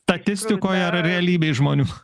statistikoj ar realybėj žmonių